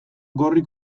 gorri